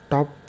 Top